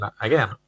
again